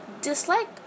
dislike